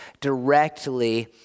directly